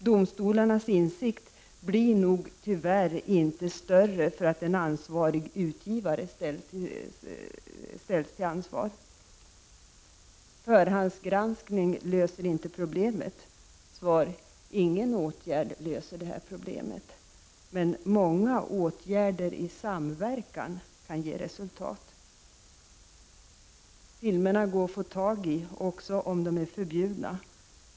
Domstolarnas insikt blir nog tyvärr inte större för att en ansvarig utgivare ställs till ansvar. Förhandsgranskning löser inte problemet. Svar: Ingen ensam åtgärd löser problemet. Men många åtgärder i samverkan kan ge resultat. Filmerna går att få tag i också om de är förbjudna.